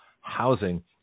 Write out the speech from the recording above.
housing